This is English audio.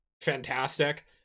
fantastic